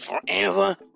forever